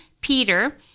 Peter